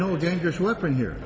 no dangerous weapon here